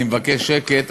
אני מבקש שקט,